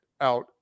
out